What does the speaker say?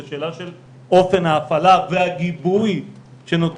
זו שאלה של אופן ההפעלה והגיבוי שנותנים